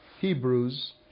Hebrews